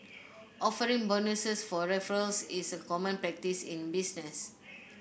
offering bonuses for referrals is a common practice in business